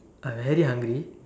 I'm very hungry